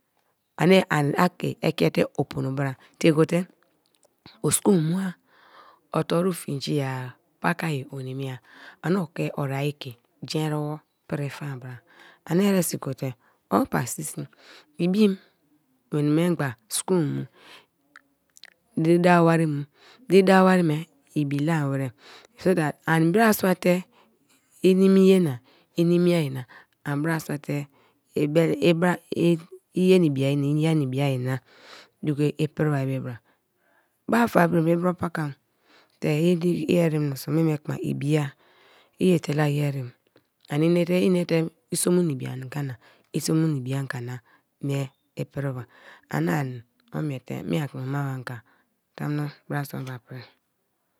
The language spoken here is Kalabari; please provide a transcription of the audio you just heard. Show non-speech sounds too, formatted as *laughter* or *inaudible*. Ani ani a ke e ke te opono bra tiegote o school mua, o toru finji-a pakaye o nimiya, ani oki oriai ke jen eribo piti fa bara ani eresi gote o pasisi i bim weni mengba school mu *hesitation* diri da wari mu, diri da wari me ibila-warai. So that ani bra sua te *hesitation* iye na ibiye-i na iye na ibiya-i na duko i priba be bara. Ba fa berenbe i bro bakam te i rem meniso ma me kuma ibiya i etela yerim ani inate i inate i somu na ibianga na isomuna na ibianga na mie i pri ba ani ani, o miete, me a kunoma-anga, tamuno bra sua ona prie.